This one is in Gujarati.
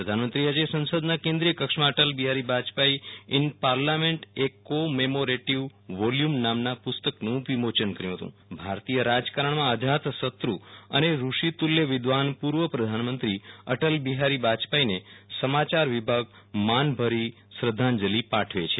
પ્રધાનમંત્રીએ આજે સંસદના કેન્દ્રીય કક્ષમાં અટલબિહારી વાજપાઈ ઈન પાર્લામેન્ટ એ કો મેમોરિટિવ વોલ્યુ મ નામના પુસ્તકનું વિમોચન કર્યુ હતું ભારતીય રાજકારણમાં અજાતસત્રુ અને રૂષિતુલ્ય વિધવાન પુર્વ પ્રધાનમંત્રી અટલબિહારી બાજપાઈને સમાચારવિભાગ માનભરી શ્રધ્ધાંજલિ પાઠવે છે